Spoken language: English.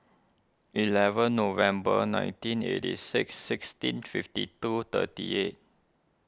eleven November nineteen eighty six sixteen fifty two thirty eight